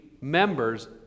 members